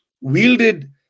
wielded